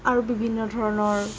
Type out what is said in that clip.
আৰু বিভিন্ন ধৰণৰ